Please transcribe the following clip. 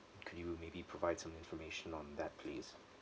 could you maybe provide some information on that please